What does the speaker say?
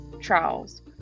trials